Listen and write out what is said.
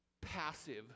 passive